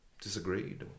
disagreed